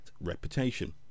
reputation